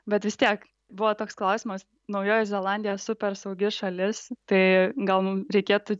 bet vis tiek buvo toks klausimas naujoji zelandija super saugi šalis tai gal mum reikėtų